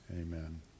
Amen